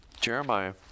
Jeremiah